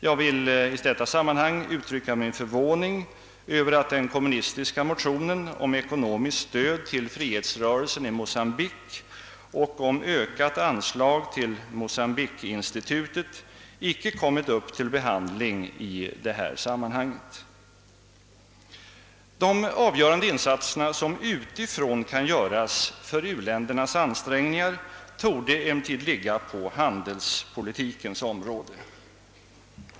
Jag vill uttrycka min förvåning över att den kommunistiska motionen om ekonomiskt stöd till frihetsrörelsen i Mocambique och om ökat anslag till Mocambique Institute inte kommit upp till behandling i detta sammanhang. De avgörande insatser som utifrån kan göras för u-ländernas ansträngningar torde emellertid ligga på handelspolitikens område.